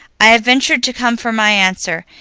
i have ventured to come for my answer.